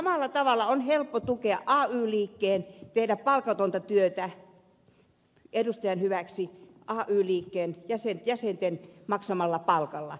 samalla tavalla on ay liikkeen helppo tukea tehdä palkatonta työtä edustajan hyväksi ay liikkeen jäsenten maksamalla palkalla